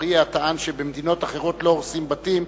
אגבאריה טען שבמדינות אחרות לא הורסים בתים,